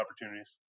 opportunities